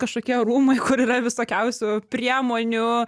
kažkokie rūmai kur yra visokiausių priemonių